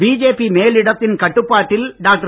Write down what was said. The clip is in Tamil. பிஜேபி மேலிடத்தின் கட்டுப்பாட்டில் டாக்டர்